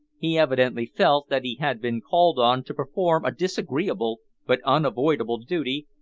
he evidently felt that he had been called on to perform a disagreeable but unavoidable duty,